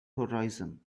horizon